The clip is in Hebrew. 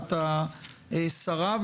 בקשת השרה.